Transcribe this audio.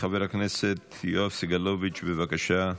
חבר הכנסת יואב סגלוביץ', בבקשה.